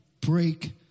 break